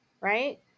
right